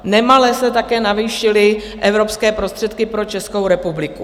Nemale se také navýšily evropské prostředky pro Českou republiku.